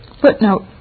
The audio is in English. Footnote